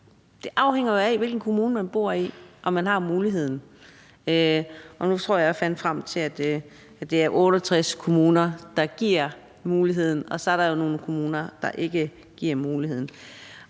Det afhænger jo af, hvilken kommune man bor i, om man har muligheden for det her tilskud. Nu tror jeg, jeg fandt frem til, at det er 68 kommuner, der giver muligheden, og så er der jo nogle kommuner, der ikke giver muligheden.